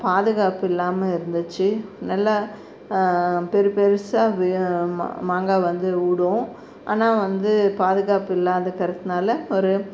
பாதுகாப்பு இல்லாமல் இருந்துச்சு நல்லா பெரு பெருசாக வி மா மாங்காய் வந்து விடும் ஆனால் வந்து பாதுகாப்பு இல்லாத இருக்கிறதுனால ஒரு